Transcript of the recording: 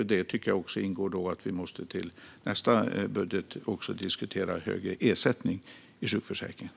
I det ingår också, tycker jag, att vi till nästa budget måste diskutera högre ersättning i sjukförsäkringen.